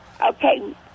Okay